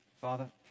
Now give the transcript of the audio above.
Father